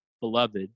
beloved